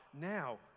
now